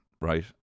Right